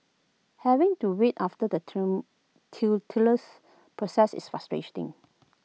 having to wait after the process is frustrating